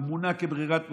הוא מונה כברירת מחדל.